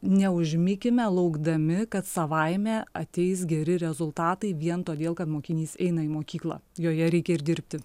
neužmikime laukdami kad savaime ateis geri rezultatai vien todėl kad mokinys eina į mokyklą joje reikia ir dirbti